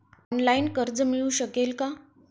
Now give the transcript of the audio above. Online कर्ज मिळू शकेल का?